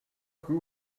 who